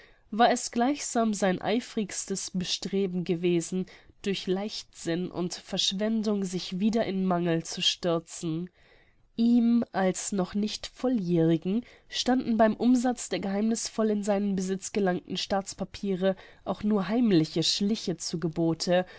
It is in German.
war es gleichsam sein eifrigstes bestreben gewesen durch leichtsinn und verschwendung sich wieder in mangel zu stürzen ihm als noch nicht volljährigen standen beim umsatz der geheimnißvoll in seinen besitz gelangten staatspapiere auch nur heimliche schliche zu gebote